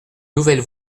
nouvelle